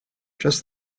just